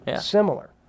similar